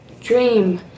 dream